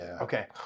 Okay